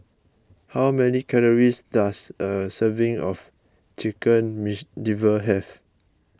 how many calories does a serving of Chicken Liver have